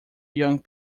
young